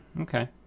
Okay